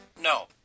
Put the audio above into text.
No